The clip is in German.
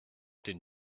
den